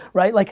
right? like